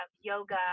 yoga